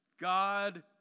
God